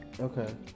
Okay